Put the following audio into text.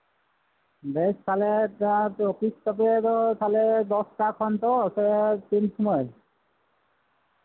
ᱵᱮᱥ ᱛᱟᱦᱚᱞᱮ ᱚᱯᱷᱤᱥ ᱛᱟᱯᱮ ᱫᱚ ᱡᱷᱤᱡ ᱟᱯᱮ ᱛᱚ ᱫᱚᱥᱴᱟ ᱠᱷᱚᱱ ᱛᱚ ᱛᱟᱦᱞᱮ ᱛᱤᱱ ᱥᱚᱢᱚᱭ